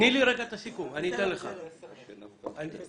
לגבי